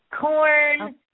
corn